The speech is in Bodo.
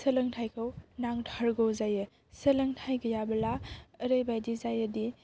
सोलोंथाइखौ नांथारगौ जायो सोलोंथाइ गैयाबोला ओरैबायदि जायोदि